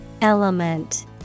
Element